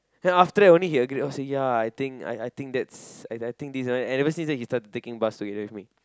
then after that only he agreed say ya I think I I think that's I think I I think and ever since then he started taking the bus with me